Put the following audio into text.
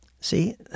See